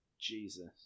Jesus